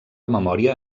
memòria